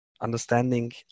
understanding